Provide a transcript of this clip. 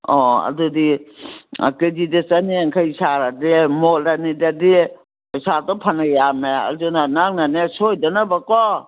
ꯑꯣ ꯑꯗꯨꯗꯤ ꯀꯦ ꯖꯤꯗ ꯆꯅꯤꯌꯥꯡꯈꯩ ꯁꯥꯔꯗꯤ ꯃꯣꯟ ꯑꯅꯤꯗꯗꯤ ꯄꯩꯁꯥꯗꯣ ꯐꯅ ꯌꯥꯝꯃꯦ ꯑꯗꯨꯅ ꯅꯪꯅꯅꯦ ꯁꯣꯏꯗꯅꯕꯀꯣ